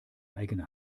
eigene